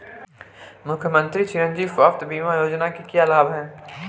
मुख्यमंत्री चिरंजी स्वास्थ्य बीमा योजना के क्या लाभ हैं?